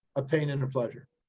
a pain and a pleasure.